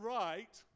right